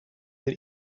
een